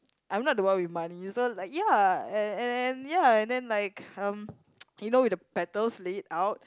I'm not the one with money so like ya and and and ya and then like um you know with the petals laid out